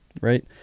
right